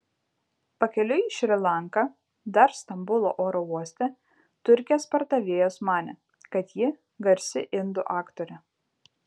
pakeliui į šri lanką dar stambulo oro uoste turkės pardavėjos manė kad ji garsi indų aktorė